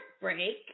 break